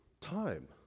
time